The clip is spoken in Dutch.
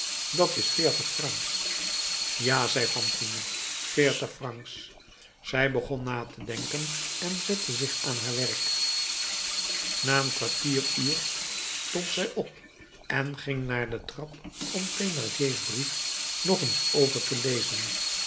dat is veertig francs ja zei fantine veertig francs zij begon na te denken en zette zich aan haar werk na een kwartieruurs stond zij op en ging naar de trap om thénardier's brief nog eens over te lezen